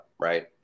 right